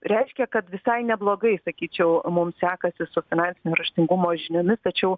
reiškia kad visai neblogai sakyčiau mums sekasi su finansinio raštingumo žiniomis tačiau